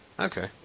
Okay